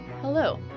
Hello